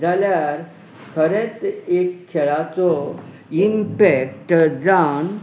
जाल्यार खरेंत एक खेळाचो इम्पेक्ट जावन